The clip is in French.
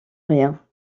rien